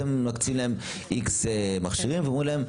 אתם מקצים להן X מכשירים ואומרים להן: